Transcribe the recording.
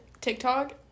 TikTok